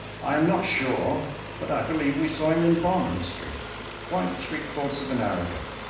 i am not sure but i believe we saw him in bond street quite three quarters of an hour ago.